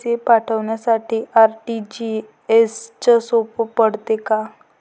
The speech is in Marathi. पैसे पाठवासाठी आर.टी.जी.एसचं सोप पडते का?